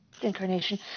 incarnation